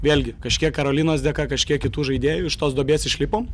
vėlgi kažkiek karolinos dėka kažkiek kitų žaidėjų iš tos duobės išlipom